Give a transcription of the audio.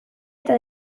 eta